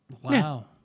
Wow